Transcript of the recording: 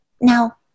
Now